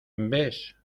ves